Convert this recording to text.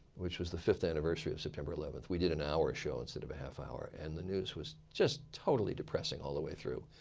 which was the fifth anniversary of september eleven, we did an hour show instead of a half hour. and the news was just totally depressing all the way through.